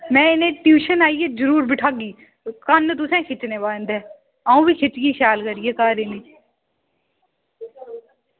में इनेंगी ट्यूशन आइयै जरूर बैठागी ते क'न्न तुसें खिच्चने इंदे अं'ऊ बी खिच्चगी शैल करियै इंदे